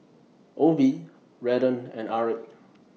Obie Redden and Aric